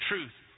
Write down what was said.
truth